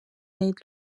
neid